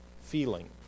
feeling